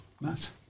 Matt